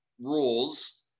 rules